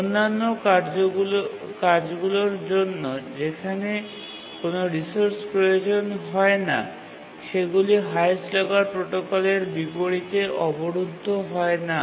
অন্যান্য কাজগুলির জন্য যেখানে কোনও রিসোর্স প্রয়োজন হয় না সেগুলি হাইয়েস্ট লকার প্রোটোকলের বিপরীতে অবরুদ্ধ হয় না